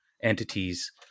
entities